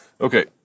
Okay